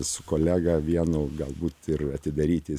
su kolega vienu galbūt ir atidaryti